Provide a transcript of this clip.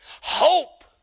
Hope